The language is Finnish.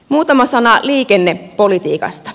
muutama sana liikennepolitiikasta